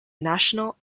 national